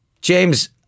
James